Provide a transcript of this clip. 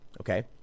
Okay